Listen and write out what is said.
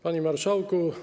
Panie Marszałku!